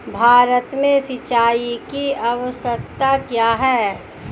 भारत में सिंचाई की आवश्यकता क्यों है?